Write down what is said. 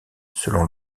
selon